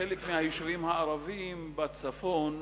בחלק מהיישובים הערביים בצפון,